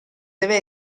deve